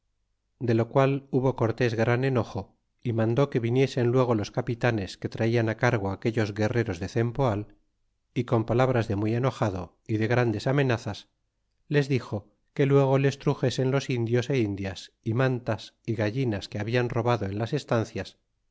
de lo qual hubo cortés gran enojo y mandó que viniesen luego los capitanes que traian cargo aquellos guerreros de cempoal y con palabras de muy enojado y de grandes amenazas les dixo que luego les truxesen los indios é indias y mantas y gallinas que habían robado en las estancias